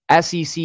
sec